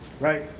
Right